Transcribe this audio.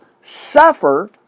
suffer